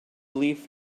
leaf